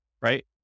right